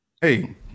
Hey